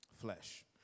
flesh